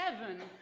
seven